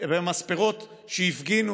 במספרות שהפגינו